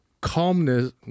calmness